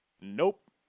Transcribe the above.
Nope